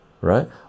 right